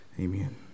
Amen